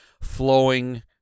flowing